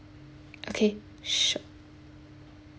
okay sure